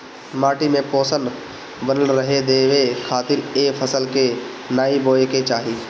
माटी में पोषण बनल रहे देवे खातिर ए फसल के नाइ बोए के चाही